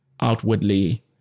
outwardly